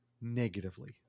negatively